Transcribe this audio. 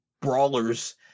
brawlers